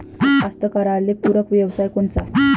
कास्तकाराइले पूरक व्यवसाय कोनचा?